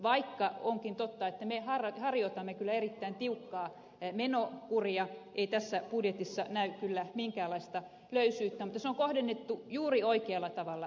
vaikka onkin totta että me harjoitamme kyllä erittäin tiukkaa menokuria ei tässä budjetissa näy kyllä minkäänlaista löysyyttä mutta se on kohdennettu juuri oikealla tavalla